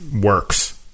works